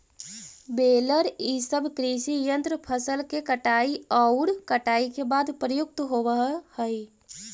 baler इ सब कृषि यन्त्र फसल के कटाई औउर कुटाई के बाद प्रयुक्त होवऽ हई